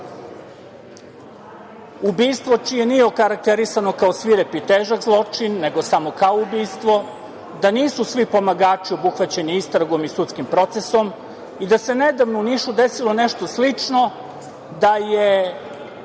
Ubistvo koje nije okarakterisano kao svirep i težak zločin nego samo kao ubistvo, da nisu svi pomagači obuhvaćeni istragom i sudskim procesom i da se nedavno u Nišu desilo nešto slično, da je